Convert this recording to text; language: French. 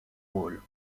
rôle